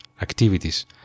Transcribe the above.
activities